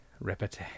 Repete